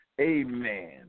Amen